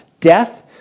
death